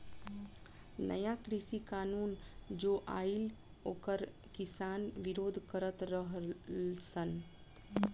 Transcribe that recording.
नया कृषि कानून जो आइल ओकर किसान विरोध करत रह सन